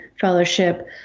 Fellowship